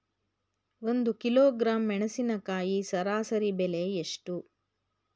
ಒಂದು ಕಿಲೋಗ್ರಾಂ ಮೆಣಸಿನಕಾಯಿ ಸರಾಸರಿ ಬೆಲೆ ಎಷ್ಟು?